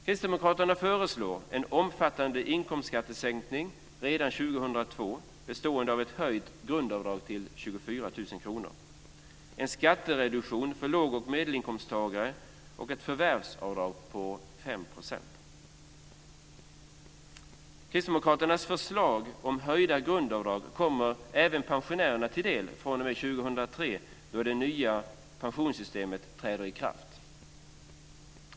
Kristdemokraterna föreslår en omfattande inkomstskattesänkning redan år 2002 bestående av ett höjt grundavdrag till 24 000 kr, en skattereduktion för låg och medelinkomsttagare och ett förvärvsavdrag på 5 %. Kristdemokraternas förslag om höjda grundavdrag kommer även pensionärerna till del fr.o.m. år 2003, då det nya pensionssystemet träder i kraft.